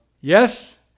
Yes